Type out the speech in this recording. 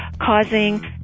causing